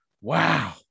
Wow